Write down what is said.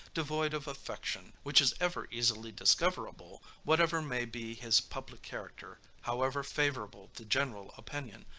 devoid of affection, which is ever easily discoverable, whatever may be his public character, however favorable the general opinion,